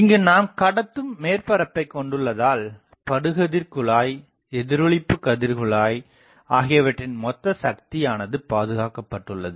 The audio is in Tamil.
இங்கு நாம் கடத்தும் மேற்பரப்பை கொண்டுள்ளதால் படுகதிர் குழாய் எதிரொளிப்பு கதிர்குழாய் ஆகியவற்றின் மொத்த சக்தியானது பாதுகாக்கப்பட்டுள்ளது